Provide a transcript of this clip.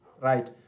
right